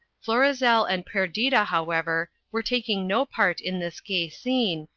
florizel and perdita, however, were taking no part in this gay scene,